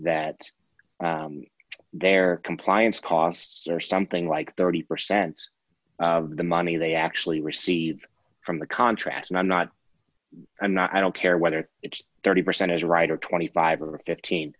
that their compliance costs are something like thirty percent of the money they actually received from the contract and i'm not i'm not i don't care whether it's thirty percent is right or twenty five or fifteen